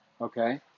okay